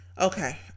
okay